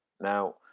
Now